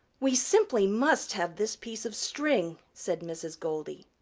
we simply must have this piece of string, said mrs. goldy.